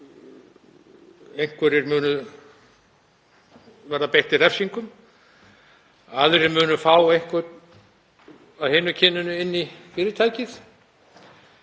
Einhverjir munu verða beittir refsingum, aðrir munu fá einhvern af hinu kyninu inn í fyrirtækið.